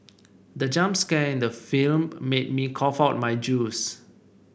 the jump scare in the film made me cough out my juice